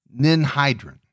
ninhydrin